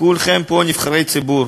כולכם פה נבחרי ציבור,